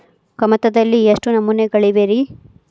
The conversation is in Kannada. ಕಮತದಲ್ಲಿ ಎಷ್ಟು ನಮೂನೆಗಳಿವೆ ರಿ?